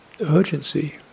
urgency